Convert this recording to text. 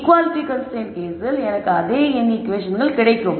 equality constraints கேஸில் எனக்கு அதே n ஈகுவேஷன்கள் கிடைக்கும்